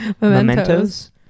Mementos